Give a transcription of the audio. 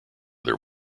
their